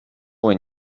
when